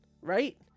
right